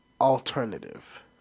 Alternative